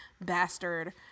bastard